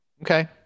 Okay